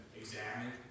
examine